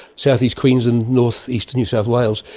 south-east queensland, north-eastern new south wales,